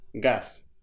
gas